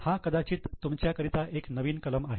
हा कदाचित तुमच्या करीता एक नवीन कलम आहे